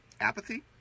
Apathy